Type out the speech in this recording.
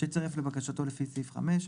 שצרף לבקשתו לפי סעיף 5,